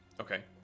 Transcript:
okay